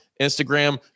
Instagram